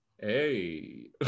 Hey